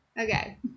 Okay